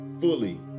fully